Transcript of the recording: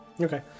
okay